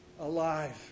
Alive